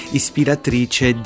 ispiratrice